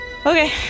Okay